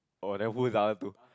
oh then who's the other two